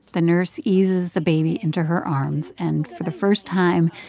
the nurse eases the baby into her arms. and for the first time,